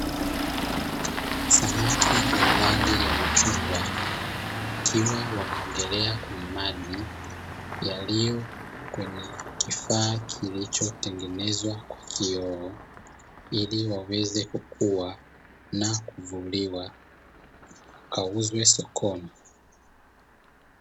Samaki wenye rangi ya machungwa wakiwa wanaogelea kwenye maji yaliyo kwenye kifaa, kilichotengenezwa kwa kioo ili waweze kukua na kuvuliwa wakauzwe sokoni.